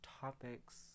topics